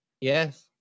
Yes